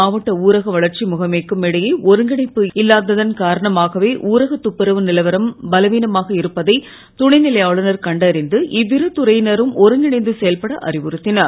மாவட்ட ஒருங்கிணைப்பு இல்லாததன் காரணமாகவே ஊரகத் துப்புரவு நிலவரம் பலவீனமாக இருப்பதை துணைநிலை ஆளுனர் கண்டறிந்து இவ்விரு துறையினரம் ஒருங்கிணைந்து செயல்பட அறிவுறுத்தினார்